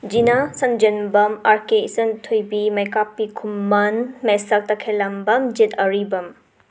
ꯖꯤꯅꯥ ꯁꯟꯖꯦꯟꯕꯝ ꯑꯥꯔꯀꯦ ꯏꯆꯟꯊꯣꯏꯕꯤ ꯃꯩꯀꯥꯞꯄꯤ ꯈꯨꯃꯟ ꯃꯦꯁꯥ ꯇꯈꯦꯜꯂꯝꯕꯝ ꯖꯤꯠ ꯑꯔꯤꯕꯝ